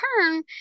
turn